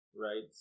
Right